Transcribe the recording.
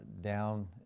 down